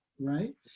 right